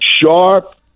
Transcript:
sharp